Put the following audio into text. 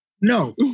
No